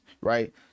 right